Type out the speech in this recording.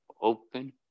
open